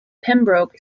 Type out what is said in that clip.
pembroke